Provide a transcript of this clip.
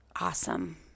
awesome